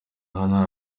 hano